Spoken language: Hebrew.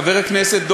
חבר הכנסת,